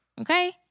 Okay